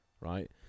Right